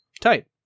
Tight